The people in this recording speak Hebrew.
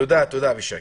תודה, אבישג.